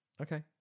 Okay